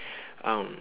um